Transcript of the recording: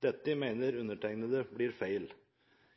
Dette mener undertegnede blir feil.